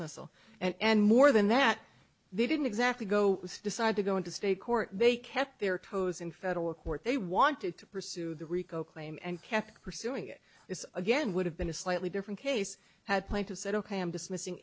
muscle and more than that they didn't exactly go with decide to go into state court they kept their toes in federal court they wanted to pursue the rico claim and kept pursuing it is again would have been a slightly different case had point to said ok i'm dismissing